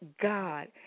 God